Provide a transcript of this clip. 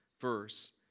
verse